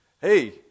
hey